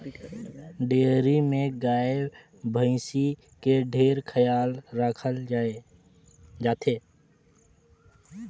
dairy में गाय, भइसी के ढेरे खयाल राखल जाथे